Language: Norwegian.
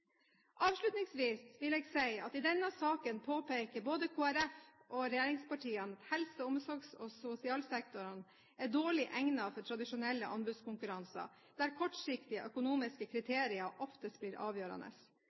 Avslutningsvis vil jeg si at i denne saken påpeker både Kristelig Folkeparti og regjeringspartiene at helse-, omsorgs- og sosialsektorene er dårlig egnet for tradisjonelle anbudskonkurranser, der kortsiktige økonomiske kriterier oftest blir avgjørende.